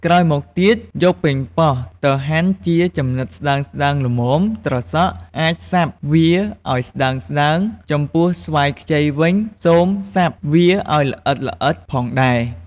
ក្រោយមកទៀត យកប៉េងប៉ោះមកហាន់ជាចំណិតស្តើងៗល្មម ត្រសក់ អាចសាប់វាឲ្យស្តើងៗ ចំពោះស្វាយខ្ចីវិញ សូមសាប់វាឲ្យល្អិតៗផងដែរ។